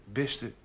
beste